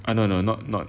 oh no no not not